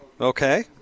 Okay